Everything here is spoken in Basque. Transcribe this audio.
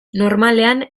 normalean